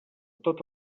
tot